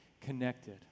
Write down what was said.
connected